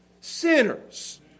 sinners